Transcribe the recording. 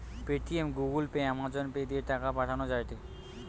Paytm, Google pay, Amazon pay দিয়ে টাকা পাঠান যায়টে